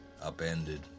upended